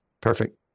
Perfect